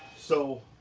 so,